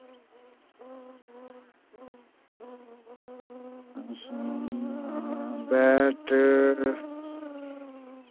bat